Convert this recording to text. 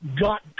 got